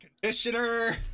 Conditioner